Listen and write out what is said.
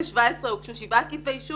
ב-2017 הוגשו שבעה כתבי אישום,